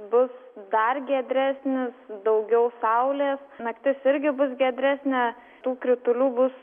bus dar giedresnis daugiau saulės naktis irgi bus giedresnė tų kritulių bus